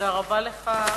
תודה רבה לך.